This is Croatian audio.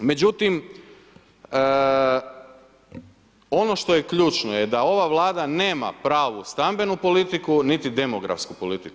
Međutim, ono što je ključno je da ova Vlada nema pravu stambenu politiku niti demografsku politiku.